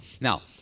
Now